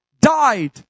died